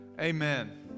amen